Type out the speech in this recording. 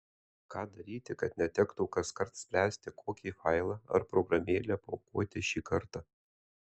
ką daryti kad netektų kaskart spręsti kokį failą ar programėlę paaukoti šį kartą